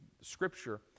scripture